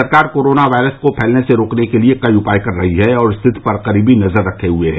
सरकार corona virus को फैलने से रोकने के लिए कई उपाय कर रही है और स्थिति पर करीबी नजर रखे हुए है